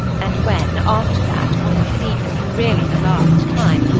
and when, after that, one has seen him for really the last time,